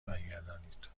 برگردانید